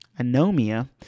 anomia